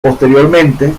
posteriormente